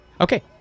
Okay